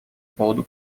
поводу